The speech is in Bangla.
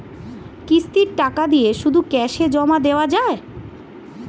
কিস্তির টাকা দিয়ে শুধু ক্যাসে জমা দেওয়া যায়?